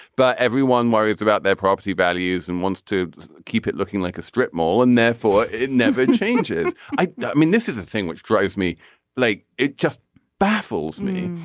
but everyone worries about their property values and wants to keep it looking like a strip mall and therefore it never changes. i mean this is a thing which drives me like it just baffles me.